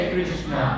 Krishna